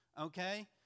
Okay